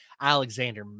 Alexander